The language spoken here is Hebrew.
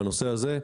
בנושא הזה.